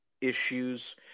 issues